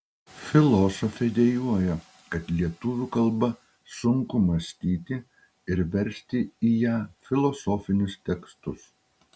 filosofė dejuoja kad lietuvių kalba sunku mąstyti ir versti į ją filosofinius tekstus